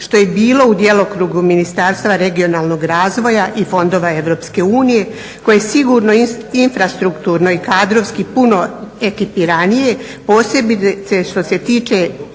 što je i bilo u djelokrugu Ministarstva regionalnog razvoja i fondova EU koje sigurno infrastrukturno i kadrovski puno ekipiranije posebice što se tiče